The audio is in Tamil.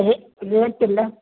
ரே ரேட்டெலாம்